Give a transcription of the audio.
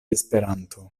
esperanto